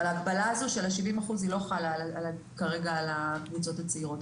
אבל ההגבלה הזאת של ה-70% לא חלה כרגע על הקבוצות הצעירות.